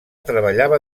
treballava